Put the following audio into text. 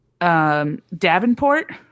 Davenport